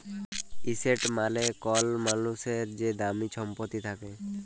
asset মালে কল মালুসের যে দামি ছম্পত্তি থ্যাকে